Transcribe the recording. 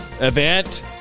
Event